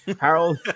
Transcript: Harold